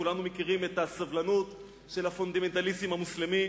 כולנו מכירים את הסובלנות של הפונדמנטליסטים המוסלמים.